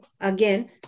again